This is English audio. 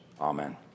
Amen